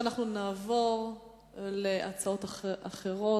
אנחנו נעבור להצעות אחרות.